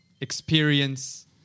experience